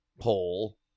poll